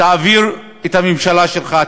תעביר את הממשלה שלך,